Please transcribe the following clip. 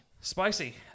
Spicy